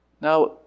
Now